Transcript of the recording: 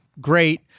Great